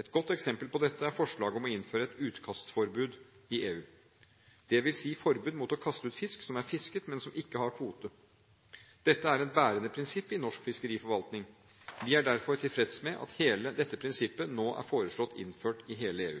Et godt eksempel på dette er forslaget om å innføre et utkastforbud i EU, dvs. forbud mot å kaste ut fisk som er fisket, men som ikke har kvote. Dette er et bærende prinsipp i norsk fiskeriforvaltning. Vi er derfor tilfreds med at dette prinsippet nå er foreslått innført i hele EU.